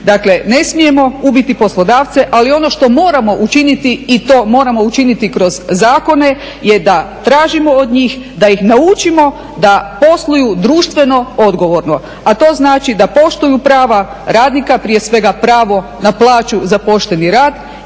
Dakle ne smijemo ubiti poslodavce ali ono što moramo učiniti i to moramo učiniti kroz zakone je da tražimo od njih da ih naučimo da posluju društveno odgovorno, a to znači da poštuju prava radnika prije svega pravo na plaću za pošteni rad